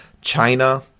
China